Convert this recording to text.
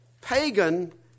pagan